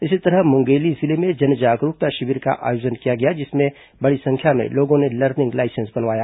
इसी तरह मुंगेली जिले में जन जागरूकता शिविर का आयोजन किया गया जिसमें बड़ी संख्या में लोगों ने लर्निंग लाइसेंस बनवाया